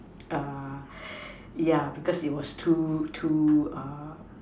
yeah because it was too too